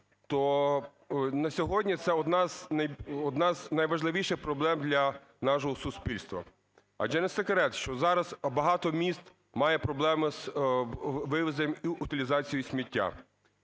то на сьогодні це одна з найважливіших проблем для нашого суспільства. Адже не секрет, що зараз багато міст має проблеми з вивезенням і утилізацією сміття.